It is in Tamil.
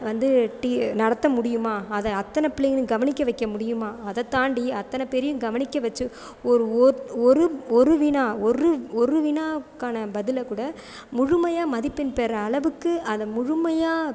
வந்து நடத்த முடியுமா அத்தனை பிள்ளைங்களையும் கவனிக்க வைக்க முடியுமா அதைத்தாண்டி அத்தனை பேரையும் கவனிக்க வச்சு ஒரு ஒரு வினா ஒரு ஒரு வினாக்கான பதிலைக்கூட முழுமையான மதிப்பெண் பெற அளவுக்கு அதை முழுமையாக